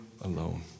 alone